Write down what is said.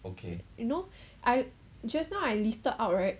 you know I just now I listed out right